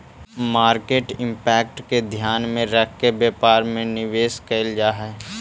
market impact के ध्यान में रखके व्यापार में निवेश कैल जा हई